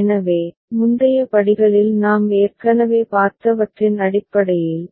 எனவே முந்தைய படிகளில் நாம் ஏற்கனவே பார்த்தவற்றின் அடிப்படையில்